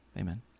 amen